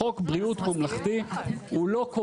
חוק ביטוח בריאות ממלכתי הוא לא חוק,